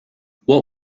what